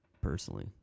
personally